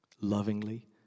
Lovingly